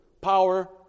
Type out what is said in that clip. Power